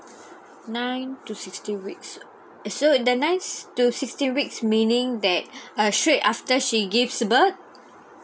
nine to sixteen weeks uh so the nine to sixteen weeks meaning that uh straight after she gives birth